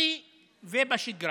משפחתי ובשגרה.